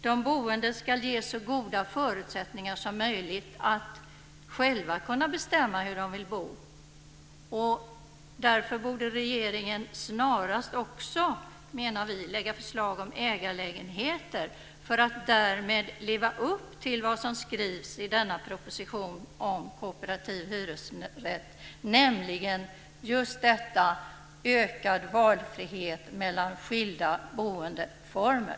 De boende ska ges så goda förutsättningar som möjligt att själva kunna bestämma hur de vill bo. Därför borde regeringen snarast också, menar vi, lägga förslag om ägarlägenheter för att därmed leva upp till vad som skrivs i propositionen om kooperativ hyresrätt, nämligen att det ska vara ökad valfrihet mellan skilda boendeformer.